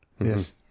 yes